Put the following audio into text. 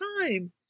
time